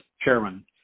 chairman